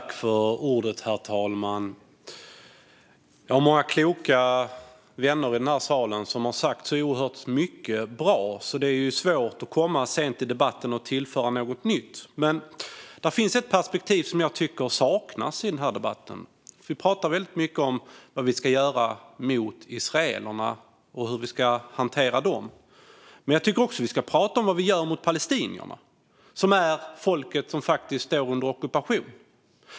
Herr talman! Jag har många kloka vänner i denna sal som har sagt oerhört mycket bra. Det är svårt att komma sent i debatten och tillföra något nytt. Men det finns ett perspektiv som jag tycker saknas i denna debatt. Vi pratar väldigt mycket om vad vi ska göra mot israelerna och hur vi ska hantera dem, men jag tycker också att vi ska prata om vad vi gör mot palestinierna, som är folket som faktiskt står under ockupation.